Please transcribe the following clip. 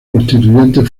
constituyente